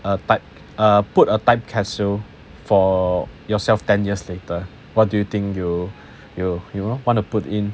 err type uh put a time capsule for yourself ten years later what do you think you you you know would want to put in